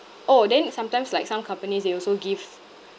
orh then sometimes like some companies they also give